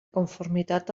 conformitat